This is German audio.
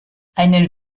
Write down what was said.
einen